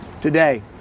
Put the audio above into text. Today